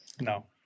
no